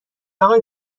آقای